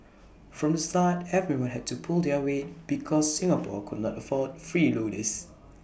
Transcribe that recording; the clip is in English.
from the start everyone had to pull their weight because Singapore could not afford freeloaders